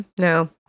No